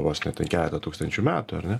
vos ne ten keletą tūkstančių metų ar ne